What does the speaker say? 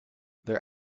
their